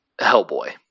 Hellboy